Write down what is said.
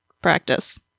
practice